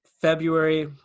February